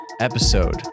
episode